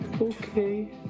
Okay